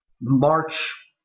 March